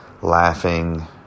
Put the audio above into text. laughing